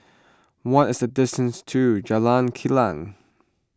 what is the distance to Jalan Kilang